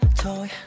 toy